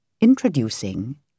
Introducing